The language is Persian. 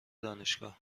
دانشگاه